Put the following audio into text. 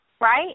right